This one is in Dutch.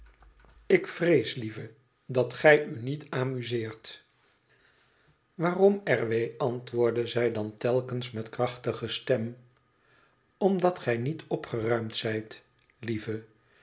ik vrees lieve dat gij u niet amuseert waarom r w antwoordde zij dan telkens met krachtige stem omdat gij niet opgeruimd zijt lieve